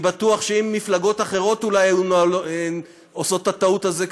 אני בטוח שאם מפלגות אחרות אולי היו עושות את הטעות הזאת,